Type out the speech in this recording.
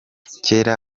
kera